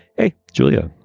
hey, julia.